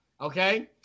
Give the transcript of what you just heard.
Okay